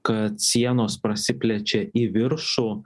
kad sienos prasiplečia į viršų